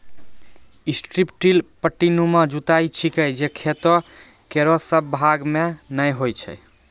strip till पट्टीनुमा जुताई छिकै जे खेतो केरो सब भाग म नै होय छै